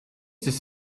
this